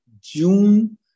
June